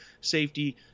safety